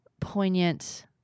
poignant